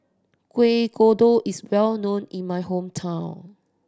Kueh Kodok is well known in my hometown